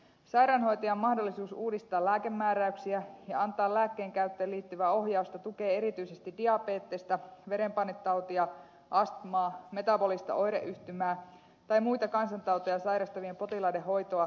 sairaanhoitajan mahdollisuus uudistaa lääkemääräyksiä ja antaa lääkkeen käyttöön liittyvää ohjausta tukee erityisesti diabetesta verenpainetautia astmaa metabolista oireyhtymää tai muita kansantauteja sairastavien potilaiden hoitoa hoitajavastaanotolla